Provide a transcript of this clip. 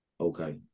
Okay